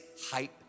hype